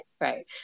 right